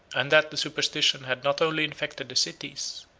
and that the superstition had not only infected the cities,